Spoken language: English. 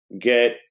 get